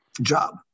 job